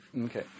Okay